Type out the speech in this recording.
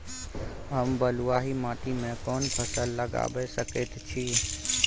हम बलुआही माटी में कोन फसल लगाबै सकेत छी?